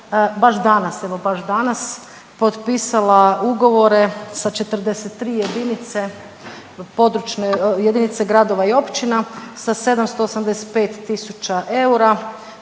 baš danas, evo baš danas potpisala ugovore sa 43 jedinice, područne jedinice gradova i općina sa 785 tisuća eura